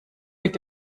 mit